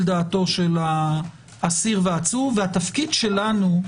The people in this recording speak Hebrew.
הדעת של האסיר והעצור והתפקיד שלנו,